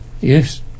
Yes